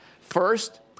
First